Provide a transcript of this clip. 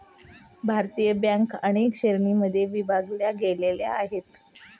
भारतीय बँका अनेक श्रेणींमध्ये विभागल्या गेलेल्या आहेत